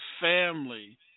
family